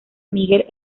miguel